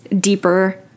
deeper